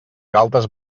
galtes